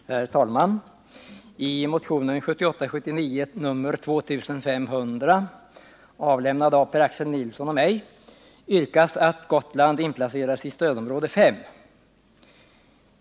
Herr talman! I motionen 1978/79:2500, avlämnad av Per-Axel Nilsson och mig, yrkas att Gotland inplaceras i stödområde 5.